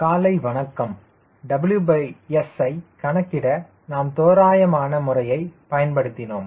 காலை வணக்கம் WS ஐ கணக்கிட நாம் தோராயமான முறையை பயன்படுத்தினோம்